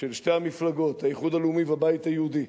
של שתי המפלגות, האיחוד הלאומי והבית היהודי,